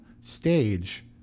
stage